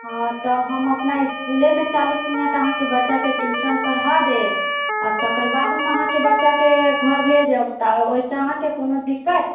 हँ तऽ हम अपना इस्कूलेमे चालीस मिनट अहाँके बच्चाके ट्यूशन पढ़ा देब आ तकर बाद हम अहाँके बच्चाके घर भेजब तऽ ओइसऽ अहाँके कोनो दिक्कत